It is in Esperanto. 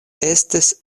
estis